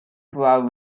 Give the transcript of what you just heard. bra